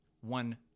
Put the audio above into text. one